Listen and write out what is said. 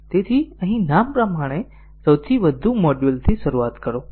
તેથી અહીં નામ પ્રમાણે સૌથી વધુ મોડ્યુલથી શરૂઆત કરો